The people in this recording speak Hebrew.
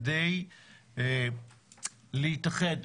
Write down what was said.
כדי להתאחד,